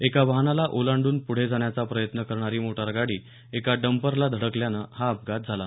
एका वाहनाला ओलांडून पुढे जाण्याचा प्रयत्न करणारी मोटारगाडी एका डंपरला धडकल्यानं हा अपघात झाला